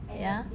ya